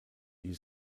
die